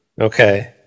Okay